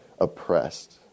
oppressed